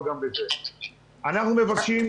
יוגב, מה זאת אומרת אתה לא יכול להתייחס?